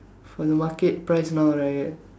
for the market price now right